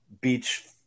beach